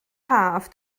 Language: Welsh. haf